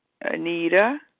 Anita